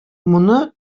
моны